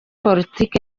politiki